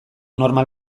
normal